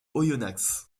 oyonnax